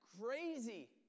crazy